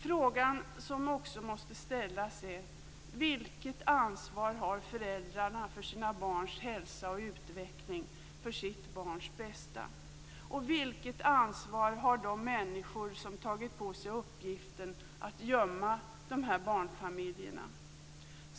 Frågan som också måste ställas är: Vilket ansvar har föräldrarna för sina barns hälsa och utveckling och för sitt barns bästa? Vilket ansvar har de människor som tagit på sig uppgiften att gömma dessa barnfamiljer?